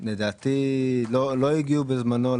שלדעתי לא הגיעו לשרים, בזמנו,